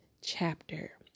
chapter